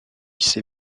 ses